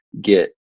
get